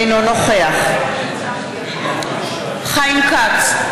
אינו נוכח חיים כץ,